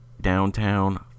downtown